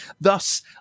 Thus